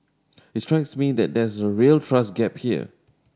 it strikes me that there's a real trust gap here